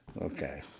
Okay